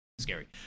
scary